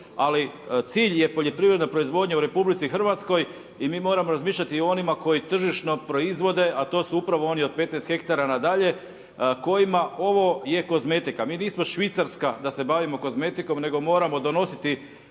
ali cilj je poljoprivredna proizvodnja u RH i mi moramo razmišljati o onima koji tržišno proizvode a to su upravo oni od 15 hektara nadalje kojima ovo je kozmetika. Mi nismo Švicarska da se bavimo kozmetikom nego moramo donositi